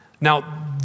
Now